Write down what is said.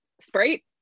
sprite